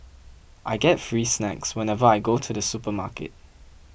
I get free snacks whenever I go to the supermarket